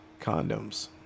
Condoms